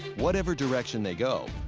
whatever direction they go,